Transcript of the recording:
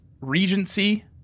Regency